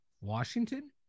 Washington